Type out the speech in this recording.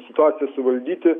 situacijos suvaldyti